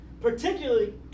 particularly